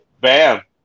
Bam